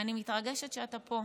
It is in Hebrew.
אני מתרגשת שאתה פה.